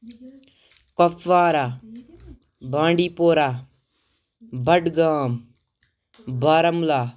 Kupwara Bandipora Budgam Baramulla